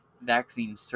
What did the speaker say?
vaccine